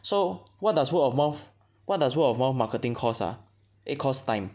so what does word of mouth what does work of mouth marketing cost ah it cost time